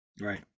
Right